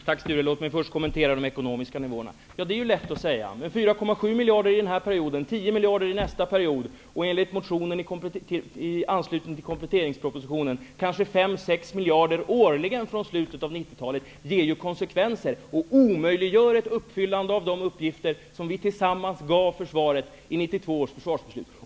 Herr talman! Låt mig först kommentera de ekonomiska nivåerna. Det är lätt att säga så som Sture Ericson säger, men 4,7 miljarder under denna period, 10 miljarder under nästa period och enligt motionen i anslutning till kompletteringspropositionen kanske 5--6 miljarder årligen från slutet av 90-talet omöjliggör ett uppfyllande av de uppgifter som vi tillsammans gav försvaret i 1992 års försvarsbeslut.